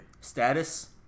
Status